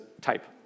type